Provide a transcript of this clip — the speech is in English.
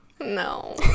no